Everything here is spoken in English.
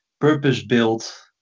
purpose-built